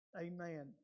Amen